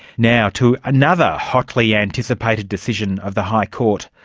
now to another hotly anticipated decision of the high court.